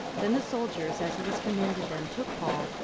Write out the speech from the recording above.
then the soldiers, as it was commanded them, took paul,